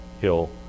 hill